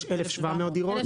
יש 1,700 דירות.